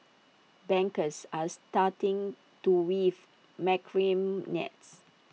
bankers are starting to weave macrame nets